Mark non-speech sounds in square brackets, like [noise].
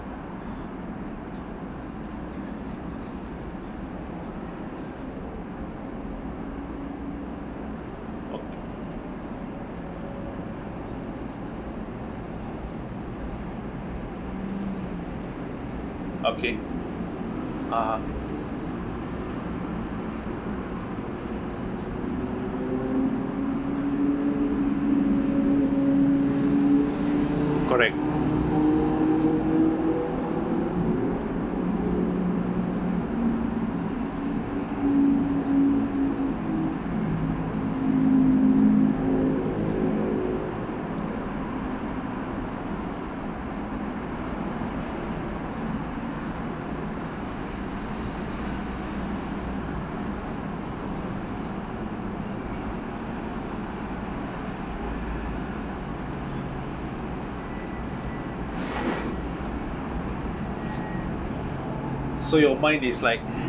[noise] okay (uh huh) correct so your mind is like